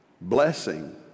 Blessing